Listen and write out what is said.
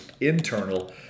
internal